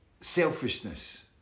selfishness